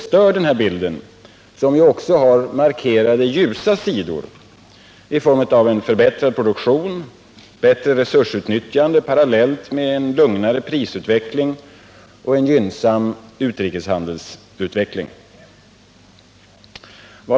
Men bilden har också markerat ljusa sidor i form av en förbättrad produktion och bättre resursutnyttjande parallellt med lugnare prisutveckling och gynnsam utrikeshandelsutveckling.